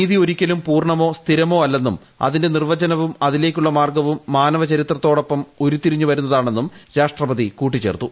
നീതി കൂര്യിക്കലും പൂർണ്ണമോ സ്ഥിരമോ അല്ലെന്നും അതിന്റെ ന്നീർവ്ചനവും അതിലേയ്ക്കുള്ള മാർഗ്ഗവും മാനവചരിത്രത്തോടൊപ്പ് ഉരുത്തിരിഞ്ഞു വരുന്നതാണെന്നും രാഷ്ട്രപതി കൂട്ടിച്ചേർത്തു